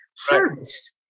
harvest